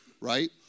right